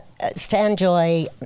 stanjoy